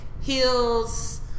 heels